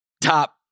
top